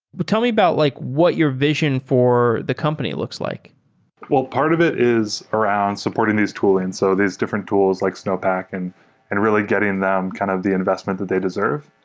but tell me about like what your vision for the company looks like well, part of it is around supporting these tooling, so these different tools, like snowpack and and really getting them kind of the investment that they deserve.